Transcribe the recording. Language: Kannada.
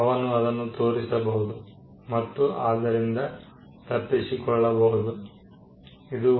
ಅವನು ಅದನ್ನು ತೋರಿಸಬಹುದು ಮತ್ತು ಆದರಿಂದ ತಪ್ಪಿಸಿಕೊಳ್ಳಬಹುದು ಇದು ಒಂದು ರಹಸ್ಯ ಗುರುತಿನಿಂದ ಮಾಲೀಕತ್ವವನ್ನು ಸಾಬೀತುಪಡಿಸುವ ಮಾರ್ಗವಾಗಿರುತ್ತದೆ